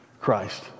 Christ